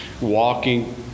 walking